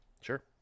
sure